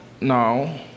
Now